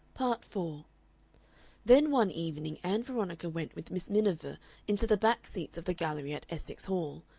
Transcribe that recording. part four then one evening ann veronica went with miss miniver into the back seats of the gallery at essex hall,